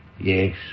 Yes